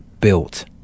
built